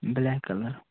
black colour